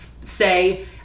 say